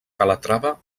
calatrava